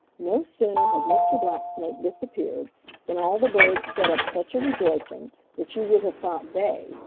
no sooner had mr. blacksnake disappeared than all the birds set up such a rejoicing that you would have thought they,